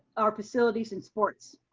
our facilities and sports.